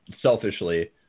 selfishly